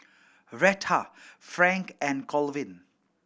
Rheta Frank and Colvin